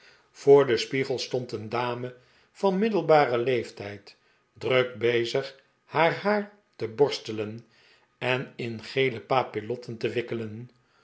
voor den spiegel stond een dame van middelbaren leeftijd druk bezig haar haar te borstelen en in gele papillotten te wikkelen